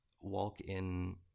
walk-in